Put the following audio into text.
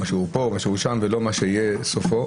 וכשהוא פה וכשהוא שם ולא מה שיהיה סופו,